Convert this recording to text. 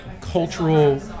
cultural